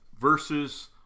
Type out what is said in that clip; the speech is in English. versus